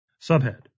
Subhead